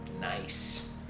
Nice